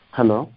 Hello